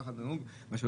וככה דנים.